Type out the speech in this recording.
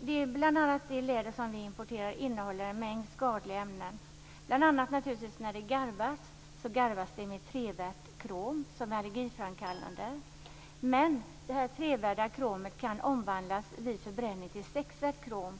Det läder vi importerar innehåller en mängd skadliga ämnen. Läder garvas med 3-värt krom, som är allergiframkallande. Men det 3-värda kromet omvandlas vid förbränning till 6-värt krom.